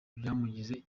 byamugize